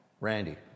Randy